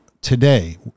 today